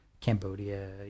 Cambodia